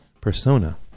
persona